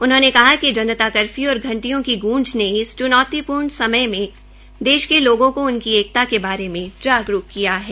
उन्होंने कहा कि जनता कर्फ्यू और घंटियों की गूंज ने इस चूनौतीपूर्ण समय में देश के लोगों को उनकी एकता के बारे में जागरूक किया है